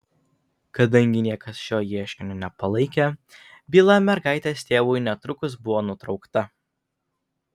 kadangi niekas šio ieškinio nepalaikė byla mergaitės tėvui netrukus buvo nutraukta